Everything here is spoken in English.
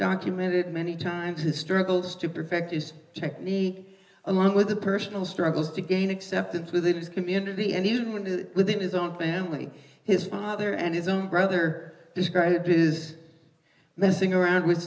documented many times his struggles to perfect is check me along with the personal struggles to gain acceptance within his community and he didn't do that within his own family his father and his own brother described is messing around with